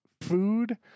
food